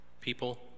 people